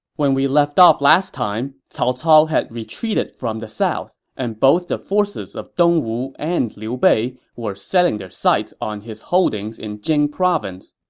when we left off last time, cao cao had retreated from the south, and both the forces of dongwu and liu bei were setting their sights on his holdings in jing province.